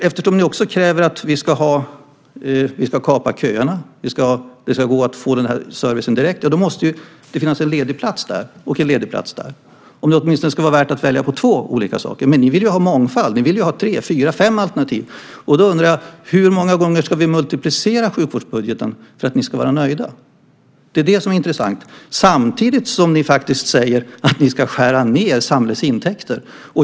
Eftersom ni kräver att vi ska kapa köerna och att det ska gå att få servicen direkt måste det ju finnas en ledig plats där och en ledig plats där. Om det ska gå att välja mellan åtminstone två alternativ. Men ni vill ju ha mångfald. Ni vill ha tre, fyra, fem alternativ. Hur många gånger ska vi multiplicera sjukvårdsbudgeten för att ni ska vara nöjda? Ni säger samtidigt att ni ska skära ned samhällets intäkter.